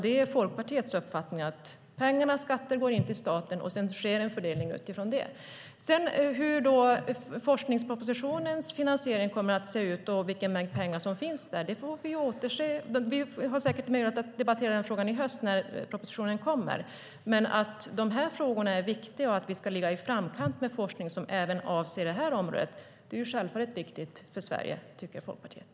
Det är Folkpartiets uppfattning att skattepengarna ska gå in till staten och att en fördelning sedan ska ske utifrån det. Hur forskningspropositionens finansiering ser ut och vilken mängd pengar som finns där får vi säkert anledning att debattera i höst när propositionen kommer. Men att de här frågorna är viktiga för Sverige och att vi ska ligga i framkant med forskning också på det här området är självklart för Folkpartiet.